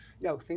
No